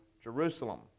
Jerusalem